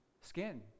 skin